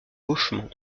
gauchement